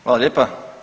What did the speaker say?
Hvala lijepa.